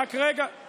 עכשיו אתה מסית?